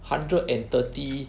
hundred and thirty